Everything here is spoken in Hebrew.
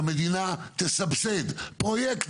שהמדינה תסבסד פרויקטים.